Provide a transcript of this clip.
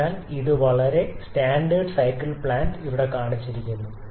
അതിനാൽ ഇത് വളരെ സ്റ്റാൻഡേർഡ് സൈക്കിൾ പ്ലാന്റ് ഇവിടെ കാണിച്ചിരിക്കുന്നു